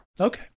Okay